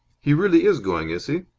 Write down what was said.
he really is going, is he?